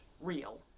real